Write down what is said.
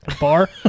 bar